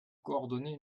coordonner